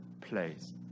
place